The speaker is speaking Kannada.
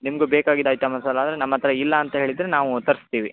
ನಿಮ್ಗೆ ಬೇಕಾಗಿದ್ದ ಐಟಮ್ಸಲ್ಲ ಆದರೆ ನಮ್ಮ ಹತ್ತಿರ ಇಲ್ಲ ಅಂತ ಹೇಳಿದರೆ ನಾವು ತರಿಸ್ತೀವಿ